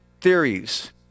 theories